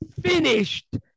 finished